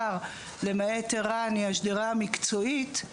שלמעט ערן היא השדרה המקצועית,